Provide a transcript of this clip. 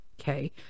Okay